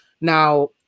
now